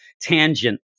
tangent